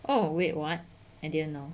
oh wait what until now